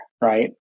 right